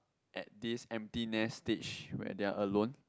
at this empty nest stage where they're alone